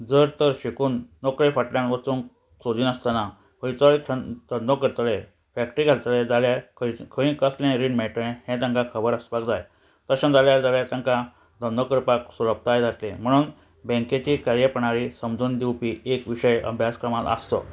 जर तर शिकून नोकरे फाटल्यान वचूंक सोदी नासतना खंयचोय धंदो करतले फॅक्ट्री घालतले जाल्यार खंय खंय कसलें रीण मेळटले हें तांकां खबर आसपाक जाय तशें जाल्यार जाल्यार तांकां धंदो करपाक सुरपताय जातले म्हणून बँकेची कार्यप्रणाळी समजून दिवपी एक विशय अभ्यासक्रमान आसचो